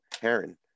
heron